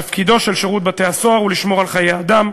תפקידו של שירות בתי-הסוהר הוא לשמור על חיי אדם,